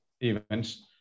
events